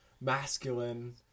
masculine